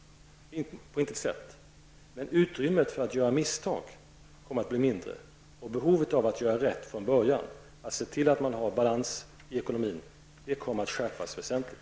Men utrymmet för att göra misstag kommer att bli mindre. Och kraven på att göra rätt från början, att se till att man har balans i ekonomin, kommer att skärpas väsentligt.